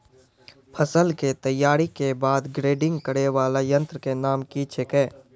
फसल के तैयारी के बाद ग्रेडिंग करै वाला यंत्र के नाम की छेकै?